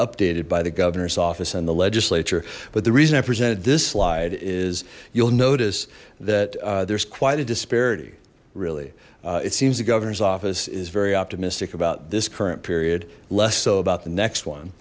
updated by the governor's office and the legislature but the reason i presented this slide is you'll notice that there's quite a disparity really it seems the governor's office is very optimistic about this current period less so about the next one